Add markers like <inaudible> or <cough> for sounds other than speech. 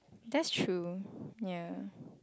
that's true <breath> ya